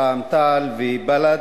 רע"ם-תע"ל ובל"ד,